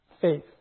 faith